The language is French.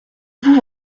vous